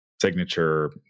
signature